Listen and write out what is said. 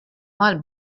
mal